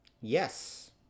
yes